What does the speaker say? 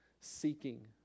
seeking